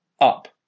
up